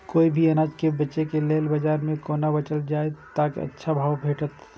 कोय भी अनाज के बेचै के लेल बाजार में कोना बेचल जाएत ताकि अच्छा भाव भेटत?